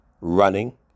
running